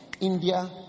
India